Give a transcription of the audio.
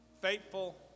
Faithful